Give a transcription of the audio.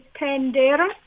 Pandera